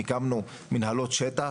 הקמנו מנהלות שטח,